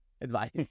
advice